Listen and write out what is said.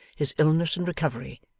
his illness and recovery,